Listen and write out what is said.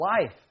life